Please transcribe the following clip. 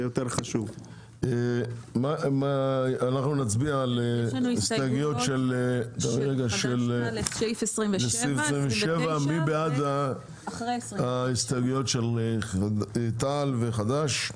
אנחנו נצביע על הסתייגות לסעיף 27. מי בעד ההסתייגויות של תע"ל וחד"ש?